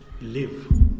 live